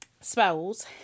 spells